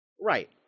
Right